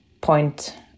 point